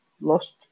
lost